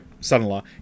son-in-law